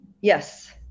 Yes